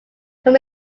from